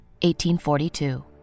1842